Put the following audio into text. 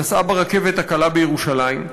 נסעה ברכבת הקלה בירושלים,